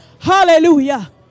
Hallelujah